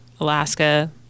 Alaska